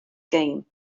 game